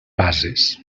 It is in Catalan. bases